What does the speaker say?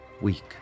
weak